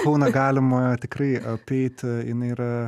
kauną galima tikrai apeiti jinai yra